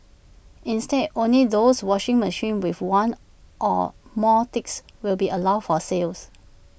instead only those washing machines with one or more ticks will be allowed for sales